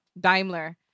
Daimler